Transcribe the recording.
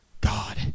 God